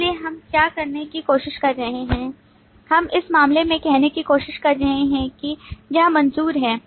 इसलिए हम क्या करने की कोशिश कर रहे हैं हम इस मामले में कहने की कोशिश कर रहे हैं कि यह मंजूर है